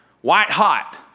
white-hot